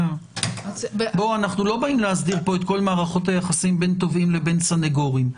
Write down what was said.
אנחנו לא באים להסדיר פה את כל מערכות היחסים בין תובעים לבין סנגורים.